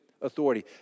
authority